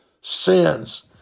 sins